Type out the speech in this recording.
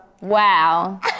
Wow